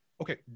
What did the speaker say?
okay